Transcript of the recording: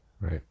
Right